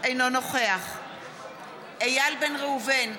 אינו נוכח איל בן ראובן,